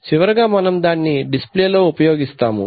చివరగా మనం దానిని డిస్ప్లే లో ఉపయోగిస్తాము